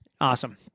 Awesome